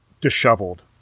disheveled